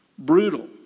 Brutal